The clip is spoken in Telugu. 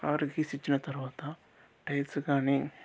కారు కీస్ ఇచ్చిన తరవాత టైర్స్ కానీ